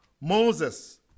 Moses